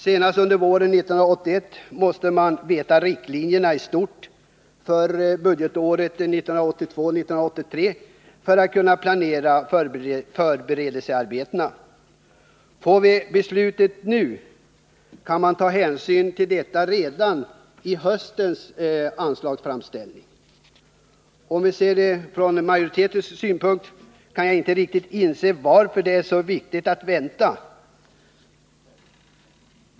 Senast under våren 1981 måste man känna till riktlinjerna i stort för budgetåret 1982/83 för att kunna planera förberedelsearbeten. Får vi beslutet nu kan man ta hänsyn till detta redan i höstens anslagsframställning. Om man ser det från majoritetens synpunkt, kan jag inte riktigt förstå varför det är så viktigt att vänta.